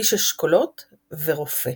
איש אשכולות ורופא.